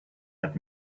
had